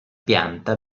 pianta